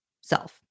self